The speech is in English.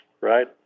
right